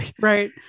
right